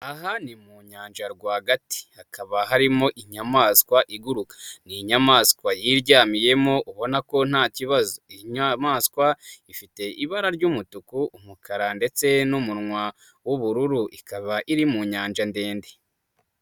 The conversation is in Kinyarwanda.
Aha ni mu nyanja rwagati, hakaba harimo inyamaswa iguruka, ni inyamaswa yiryamiyemo, ubona ko ntakibazo, inyamaswa ifite ibara ry'umutuku, umukara ndetse n'umunwa w'ubururu, ikaba iri mu nyanja ndende.